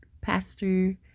pastor